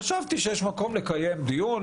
חשבתי שיש מקום לקיים דיון,